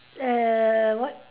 err what